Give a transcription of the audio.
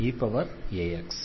eax